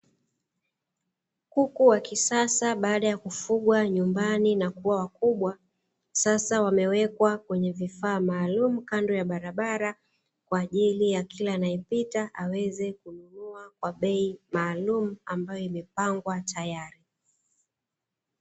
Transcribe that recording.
Kuku wa kisasa baada ya kufugwa nyumbani na kuwa wakubwa, sasa wamewekwa kwenye vifaa maalumu kando ya barabara kwa ajili ya kila anayepita aweze kununua kwa bei maalumu ambayo imepangwa tayari.